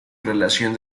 relación